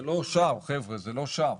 חבר'ה, זה לא שם.